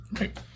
Right